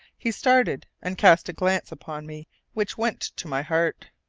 he started, and cast a glance upon me which went to my heart.